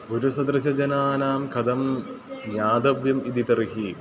गुरुसदृशजनानां कथं ज्ञातव्यम् इति तर्हि